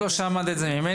את לא שמעת את זה ממני.